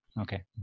Okay